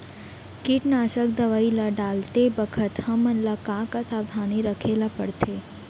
कीटनाशक दवई ल डालते बखत हमन ल का का सावधानी रखें ल पड़थे?